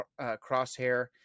Crosshair